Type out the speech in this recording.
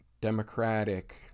democratic